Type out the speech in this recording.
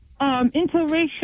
interracial